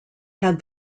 had